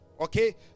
okay